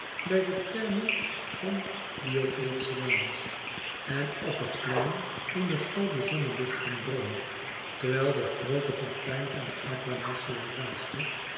bij de thermen van diocletianus en op het plein in de gouden zonnelucht van rome terwijl de groote fontein van de acqua marcia ruischte